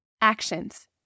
Actions